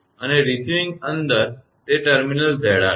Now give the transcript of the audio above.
અને રિસીવીંગ અંદર તે ટર્મિનલ 𝑍𝑟 છે